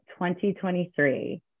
2023